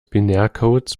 binärcodes